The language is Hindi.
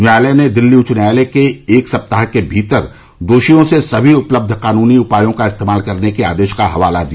न्यायालय ने दिल्ली उच्च न्यायालय के एक सप्ताह के भीतर दोषियों से सभी उपलब्ध कानूनी उपायों का इस्तेमाल करने के आदेश का हवाला दिया